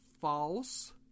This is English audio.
false